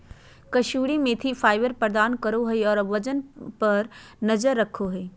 कसूरी मेथी फाइबर प्रदान करो हइ और वजन पर नजर रखो हइ